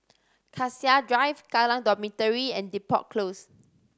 Cassia Drive Kallang Dormitory and Depot Close